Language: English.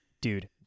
Dude